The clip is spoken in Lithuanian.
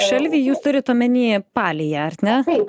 šalvį jūs turit omenyje paliją ar ne